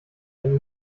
wenn